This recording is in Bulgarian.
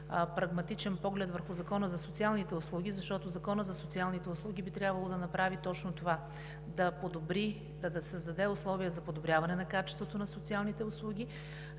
прагматичен поглед върху Закона за социалните услуги. Защото Законът за социалните услуги би трябвало да направи точно това – да подобри, да създаде условия за подобряване на качеството на социалните услуги.